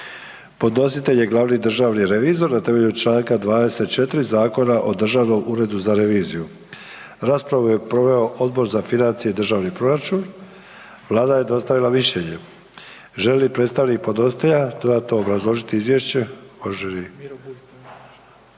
Podnositelj je glavni državni revizor na temelju čl. 24. Zakona o Državnom uredu za razviju. Raspravu je proveo Odbor za financije i državni proračun, Vlada je dostavila mišljenje. Želi li predstavnik podnositelja dodatno obrazložiti izvješće? Izvolite